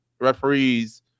referees